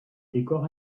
décor